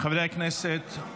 חברי הכנסת,